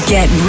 Get